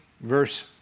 verse